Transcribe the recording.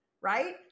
Right